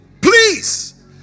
Please